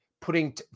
putting